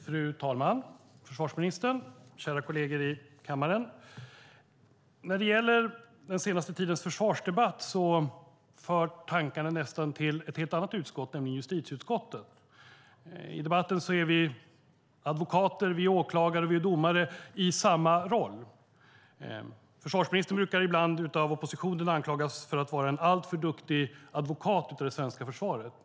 Fru talman! Försvarsministern! Kära kolleger i kammaren! När det gäller den senaste tidens försvarsdebatt förs mina tankar till ett helt annat utskott, nämligen justitieutskottet. I debatten är vi advokater, åklagare och domare i samma roll. Försvarsministern brukar ibland av oppositionen anklagas för att vara en alltför duktig advokat när det gäller det svenska försvaret.